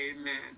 amen